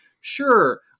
Sure